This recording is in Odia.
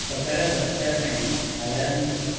ସକାଳ ଦଶଟା ପାଇଁ ଆଲାର୍ମ ଦିଅ